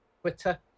Twitter